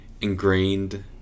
ingrained